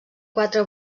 quatre